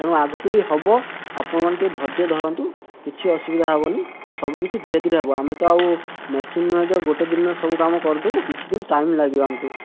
ତେଣୁ ଆଗକୁ ବି ହେବ ଆପଣମାନେ ଟିକିଏ ଧର୍ଯ୍ୟ ଧରନ୍ତୁ କିଛି ଅସୁବିଧା ହେବନି ସବୁ କିଛି ଧୀରେ ଧୀରେ ହେବ ଆମେ ତ ଆଉ ମେସିନ୍ ନୁହଁ ଯେ ଗୋଟେ ଦିନରେ ସବୁ କାମ କରିଦେବୁ କିଛି ଦିନ ଟାଇମ୍ ଲାଗିବ ଆମକୁ